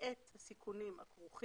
ואת הסיכונים הכרוכים